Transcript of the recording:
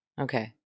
Okay